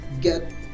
get